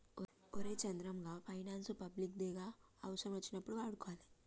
ఒరే చంద్రం, గా finance public దే గదా, అవుసరమచ్చినప్పుడు వాడుకోవాలె